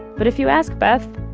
but if you ask beth,